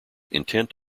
intent